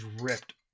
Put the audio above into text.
ripped